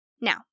Now